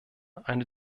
einer